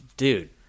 Dude